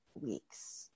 weeks